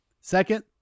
Second